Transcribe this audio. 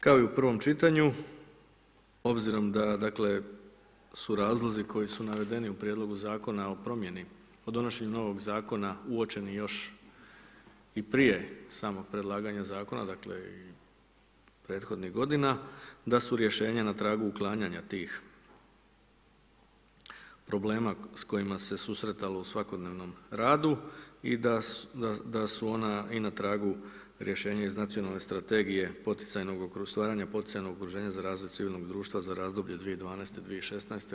Kao i u prvom čitanju, obzirom da su razlozi koji su navedeni u prijedlogu zakona o promjeni, u donošenju novih zakona, uočeni još i prije samog predlaganja zakona dakle, i prethodnih g. da su rješenja na pragu uklanjanja tih problema, s kojima se susretalo u svakodnevnom radu i da su ona i na tragu rješenja iz nacionalne strategije stvaranje poticajnog okruženja za razvoj civilnog društva za razdoblje 2012.-2016.